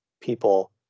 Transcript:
people